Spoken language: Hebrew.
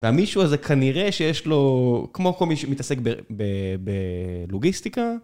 והמישהו הזה כנראה שיש לו, כמו כל מי שמתעסק בלוגיסטיקה.